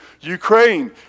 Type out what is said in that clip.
Ukraine